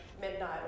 midnight